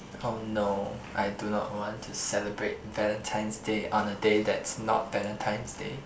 oh no I do not want to celebrate Valentine's Day on a day that's not Valentine's Day